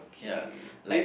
ya like